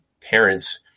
parents